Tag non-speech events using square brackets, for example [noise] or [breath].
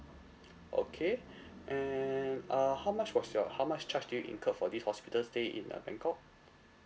okay [breath] and uh how much was your how much charge did you incur for this hospital stay in uh bangkok